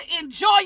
enjoy